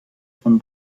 von